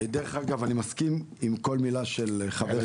דרך אגב, אני מסכים עם כל מילה של חברתי.